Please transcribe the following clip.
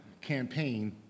campaign